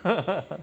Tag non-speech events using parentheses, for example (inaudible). (laughs)